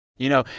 you know,